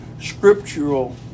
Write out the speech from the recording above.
scriptural